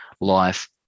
life